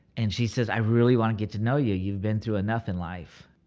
and she says, i really want to get to know you, you've been through enough in life.